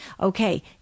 Okay